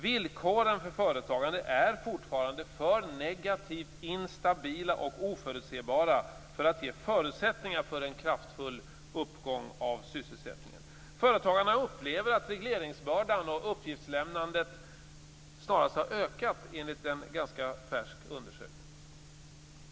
Villkoren för företagande är fortfarande för negativt instabila och oförutsebara för att ge förutsättningar för en kraftfull uppgång av sysselsättningen. Företagarna upplever enligt en ganska färsk undersökning att regleringsbördan och uppgiftslämnandet snarast har ökat.